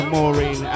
Maureen